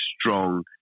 strong